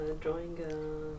drawing